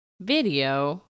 video